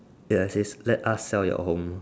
yes yes let us sell your home